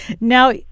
Now